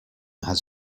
has